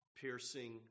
piercing